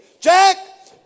Jack